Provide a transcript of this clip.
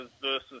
versus